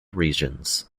regions